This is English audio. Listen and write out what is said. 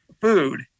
food